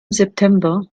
september